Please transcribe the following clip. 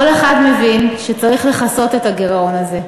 כל אחד מבין שצריך לכסות את הגירעון הזה.